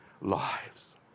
lives